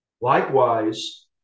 Likewise